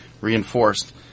Reinforced